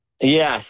Yes